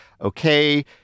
Okay